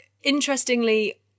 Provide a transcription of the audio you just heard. interestingly